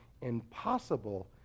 Impossible